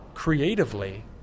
creatively